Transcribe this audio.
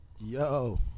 Yo